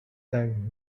time